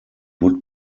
would